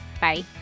Bye